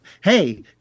hey